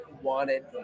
wanted